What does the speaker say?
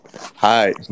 Hi